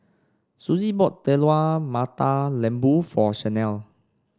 Suzy bought Telur Mata Lembu for Shanelle